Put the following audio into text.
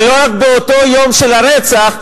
ולא רק באותו יום של הרצח,